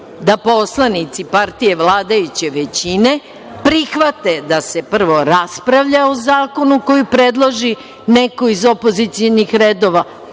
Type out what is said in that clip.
da poslanici partije vladajuće većine prihvate da se prvo raspravlja o zakonu koji predloži neko iz opozicionih redova,